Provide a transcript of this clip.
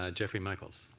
ah geoffrey michaels.